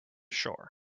shore